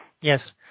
Yes